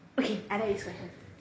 okay I like this question